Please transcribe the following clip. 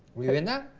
we're in that.